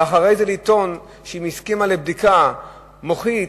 ואחרי זה לטעון שאם היא הסכימה לבדיקה מוחית,